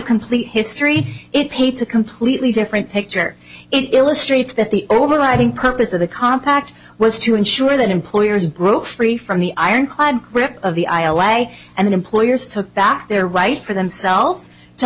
complete history it paints a completely different picture it illustrates that the overriding purpose of the compact was to ensure that employers broke free from the iron clad grip of the i away and the employers took back their right for themselves to